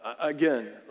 again